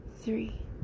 three